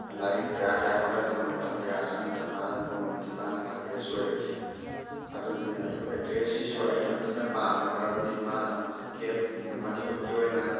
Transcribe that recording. ꯂꯥꯏꯔꯤꯛ ꯀꯌꯥ ꯀꯌꯥ ꯍꯣꯠꯅꯗꯨꯅ ꯃꯇꯝ ꯀꯌꯥ ꯆꯪꯗꯨꯅ ꯃꯥꯅ ꯅꯣꯡꯃꯗꯤ ꯃꯥꯅ ꯑꯥꯏ ꯑꯦ ꯑꯦꯁ ꯑꯣꯏꯔꯛꯈꯤ ꯑꯗꯨꯗꯨꯅꯤ ꯑꯗꯨ ꯑꯦꯛꯇ꯭ꯔꯦꯁꯁꯤꯁꯨ ꯑꯩ ꯌꯥꯝ ꯊꯤꯅ ꯄꯥꯝꯃꯦ ꯃꯔꯝꯗꯤ ꯃꯥꯅ ꯍꯧꯖꯤꯛꯀꯤ ꯃꯅꯤꯋꯨꯗꯀꯤ ꯑꯣꯏꯅ